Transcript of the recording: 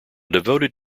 devoted